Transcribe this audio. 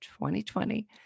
2020